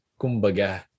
kumbaga